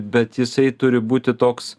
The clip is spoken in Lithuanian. bet jisai turi būti toks